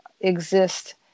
exist